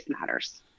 matters